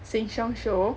Sheng-Siong show